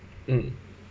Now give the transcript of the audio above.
mm